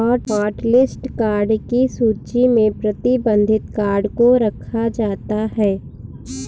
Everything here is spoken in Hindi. हॉटलिस्ट कार्ड की सूची में प्रतिबंधित कार्ड को रखा जाता है